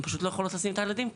הן פשוט לא יכולות לשים את הילדים,